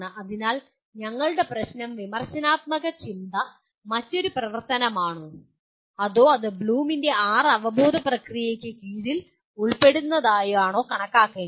അതിനാൽ ഞങ്ങളുടെ പ്രശ്നം വിമർശനാത്മക ചിന്ത മറ്റൊരു പ്രവർത്തനമാണോ അതോ ഇത് ബ്ലൂമിന്റെ ആറ് അവബോധപ്രക്രിയകൾക്ക് കീഴിൽ ഉൾപ്പെടുന്നതായാണോ കണക്കാക്കുന്നത്